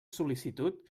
sol·licitud